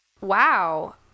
Wow